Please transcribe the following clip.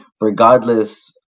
regardless